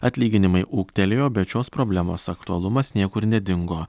atlyginimai ūgtelėjo bet šios problemos aktualumas niekur nedingo